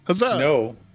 No